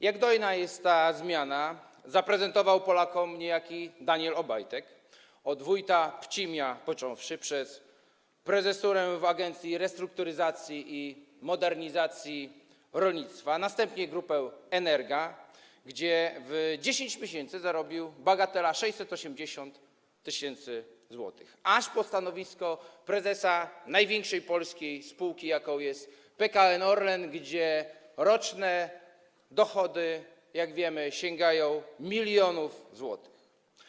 Jak dojna jest ta zmiana, zaprezentował Polakom niejaki Daniel Obajtek - od wójta Pcimia począwszy, przez prezesurę w Agencji Restrukturyzacji i Modernizacji Rolnictwa, następnie Grupę Energa, gdzie w 10 miesięcy zarobił, bagatela, 680 tys. zł, aż po stanowisko prezesa największej polskiej spółki, jaką jest PKN Orlen, gdzie roczne dochody, jak wiemy, sięgają milionów złotych.